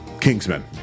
Kingsman